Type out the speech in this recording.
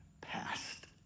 past